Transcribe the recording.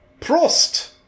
Prost